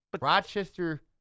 Rochester